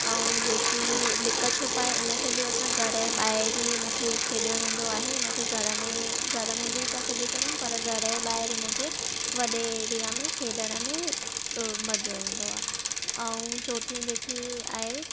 ऐं जेकी लीक छुप आहे इन खे बि असां घर जे ॿाहिरि ही इन खे खेॾियो वेंदो आहे हिन खे घर में घर में बि था खेॾी सघूं पर घर जे ॿाहिरि हिन खे वॾे एरिया में खेॾण में मज़ो इंदो आहे ऐं चौथीं जेकी आहे